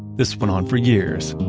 this went on for years,